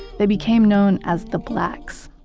they became known as the blacks,